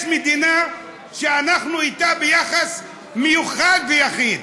יש מדינה שאנחנו אתה ביחס מיוחד ויחיד,